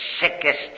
sickest